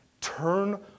turn